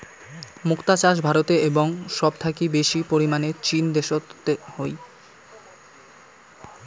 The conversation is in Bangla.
মুক্তা চাষ ভারতে এবং সব থাকি বেশি পরিমানে চীন দ্যাশোত হই